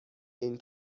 این